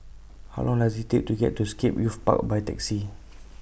How Long Does IT Take to get to Scape Youth Park By Taxi